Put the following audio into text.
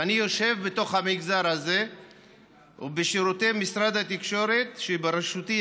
ואני יושב בתוך המגזר הזה ובשירותי משרד התקשורת שבראשותי,